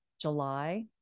July